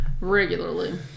Regularly